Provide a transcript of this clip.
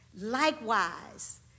Likewise